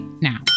now